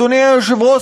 אדוני היושב-ראש,